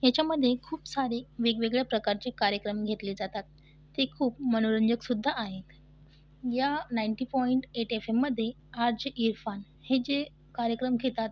ह्याच्यामध्ये खूप सारे वेगवेगळ्या प्रकारचे कार्यक्रम घेतले जातात ते खूप मनोरंजक सुद्धा आहेत ह्या नाइंटी पॉइंट एट एफ एममध्ये आर जे इरफान हे जे कार्यक्रम घेतात